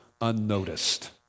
unnoticed